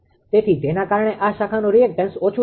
તેથી તેના કારણે આ શાખાનુ રીએક્ટન્સ ઓછું થશે